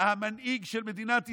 המנהיג של מדינת ישראל,